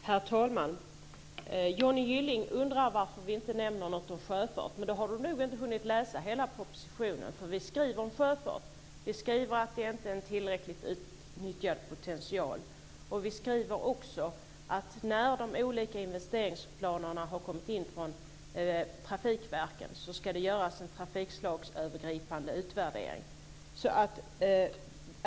Herr talman! Johnny Gylling undrar varför vi inte nämner något om sjöfart. Han har nog inte hunnit läsa hela propositionen, för vi skriver om sjöfart och att det inte är en tillräckligt utnyttjad potential. Vi skriver också att när de olika investeringsplanerna har kommit in från trafikverken ska det göras en trafikslagsövergripande utvärdering.